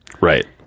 Right